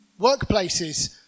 workplaces